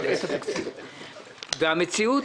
לילדים האלרגניים.